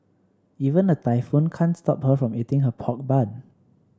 even a typhoon can't stop her from eating her pork bun